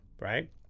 Right